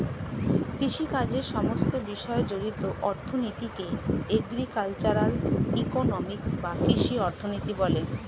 কৃষিকাজের সমস্ত বিষয় জড়িত অর্থনীতিকে এগ্রিকালচারাল ইকোনমিক্স বা কৃষি অর্থনীতি বলে